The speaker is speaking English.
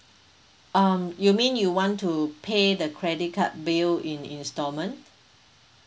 um you mean you want to pay the credit card bill in instalment